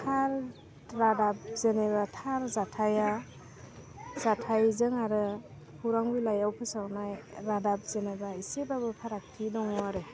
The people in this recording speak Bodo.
थार रादाब जेन'बा थार जाथाइआ जाथाइजों आरो खौरां बिलाइआव फोसावनाय रादाब जेन'बा इसेबाबो फारागथि दं आरो